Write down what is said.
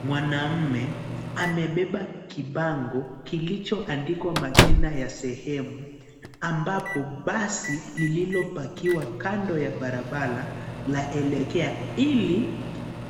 Mwanaume amebeba kibango kilicho andikwa majina ya sehemu ambapo basi lililopakiwa kando ya barabara laelekea ili